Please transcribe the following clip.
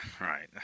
Right